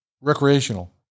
recreational